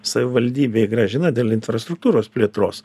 savivaldybė grąžina dėl infrastruktūros plėtros